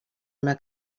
una